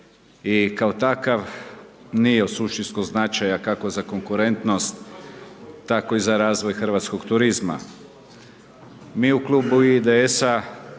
i kao takav nije od suštinskog značaja kako za konkurentnost tako i za razvoj hrvatskog turizma. Mi u klubu IDS-a